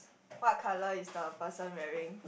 what colour is the person wearing